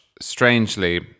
strangely